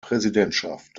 präsidentschaft